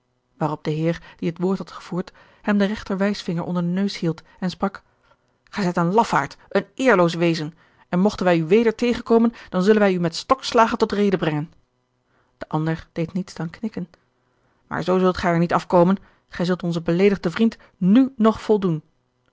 waarop de heer die het woord had gevoerd hem den regter wijsvinger onder den neus hield en sprak gij zijt een lafaard een eerloos wezen en mogten wij u weder tegenkomen dan zullen wij u met stokslagen tot rede brengen de ander deed niets dan knikken maar zoo zult gij er niet afkomen gij zult onzen beleedigden vriend n nog